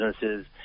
businesses